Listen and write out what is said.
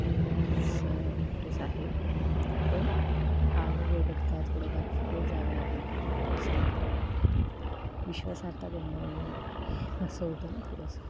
मी नक्कीच इम्प्रेस आहे पण हा अनुभव बघता थोडं बॅकफुटवर जावं लागेल की काय असं वाटतं विश्वासाहर्ता गमवावी असं होतं ना थोडंसं